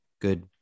Good